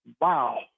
Wow